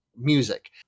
music